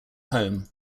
home